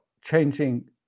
changing